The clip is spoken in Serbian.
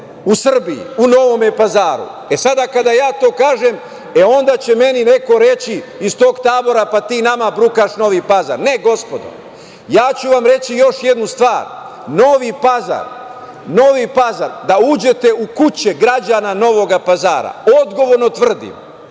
u Srbiji, u Novom Pazaru. Sada, kada je to kažem, onde će meni neki reći iz tog tabora, pa ti nama brukaš Novi Pazar. Ne gospodo, reći ću vam još jednu stvar, Novi Pazar, da uđete u kuće građana Novog Pazara, odgovorno tvrdim